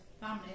family